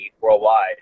worldwide